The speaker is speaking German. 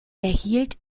erhielt